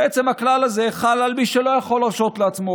בעצם הכלל הזה חל על מי שלא יכול להרשות לעצמו,